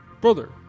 brother